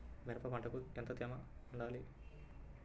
మిరప పంటకు ఎంత తేమ శాతం వుండాలి?